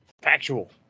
Factual